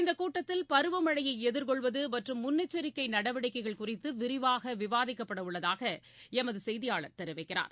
இந்தகூட்டத்தில் பருவமழையைதிர்கொள்வதுமற்றும் முன்னெச்சரிக்கைநடவடிக்கைகள் குறித்துவிரிவாகவிவாதிக்கப்படஉள்ளதாகளமதுசெய்தியாளர் தெரிவிக்கிறார்